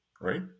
right